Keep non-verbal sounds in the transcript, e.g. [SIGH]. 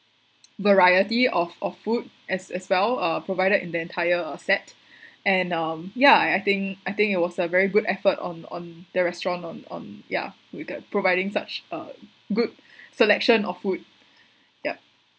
variety of of food as as well uh provided in the entire uh set [BREATH] and um yeah I I think I think it was a very good effort on on the restaurant on on ya we got providing such a good [BREATH] selection of food yup